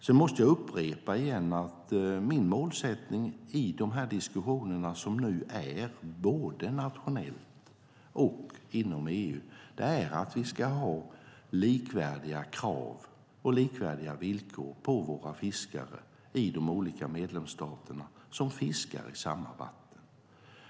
Jag måste återigen upprepa att min målsättning i de diskussioner som nu förs både nationellt och inom EU är att vi ska ha likvärdiga krav på och likvärdiga villkor för våra fiskare i de olika medlemsstater som fiskar i samma vatten.